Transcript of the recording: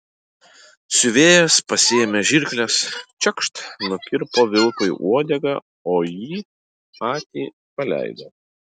siuvėjas pasiėmė žirkles čekšt nukirpo vilkui uodegą o jį patį paleido